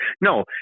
No